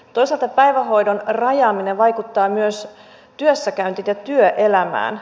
toisaalta päivähoidon rajaaminen vaikuttaa myös työssäkäyntiin ja työelämään